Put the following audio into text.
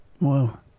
wow